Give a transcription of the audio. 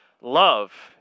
Love